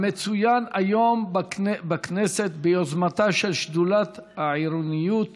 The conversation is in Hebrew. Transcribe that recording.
המצוין היום בכנסת ביוזמתה של שדולת העירוניות